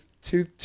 two